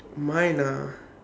mine ah